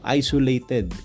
isolated